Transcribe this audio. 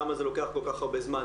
למה זה לוקח כל כך הרבה זמן?